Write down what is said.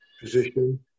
position